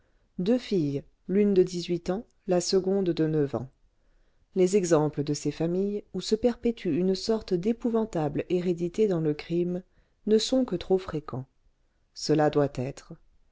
deux filles l'une de dix-huit ans la seconde de neuf ans les exemples de ces familles où se perpétue une sorte d'épouvantable hérédité dans le crime ne sont que trop fréquents cela doit être